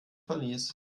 verlies